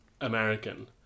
American